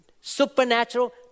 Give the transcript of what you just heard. supernatural